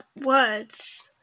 words